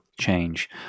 change